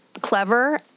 clever